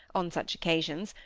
on such occasions,